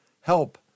help